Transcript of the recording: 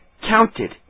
counted